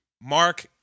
Mark